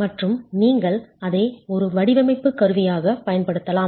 மற்றும் நீங்கள் அதை ஒரு வடிவமைப்பு கருவியாகப் பயன்படுத்தலாம்